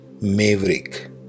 maverick